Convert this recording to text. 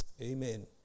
Amen